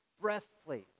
breastplate